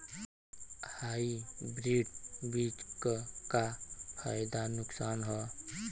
Hybrid बीज क का फायदा नुकसान ह?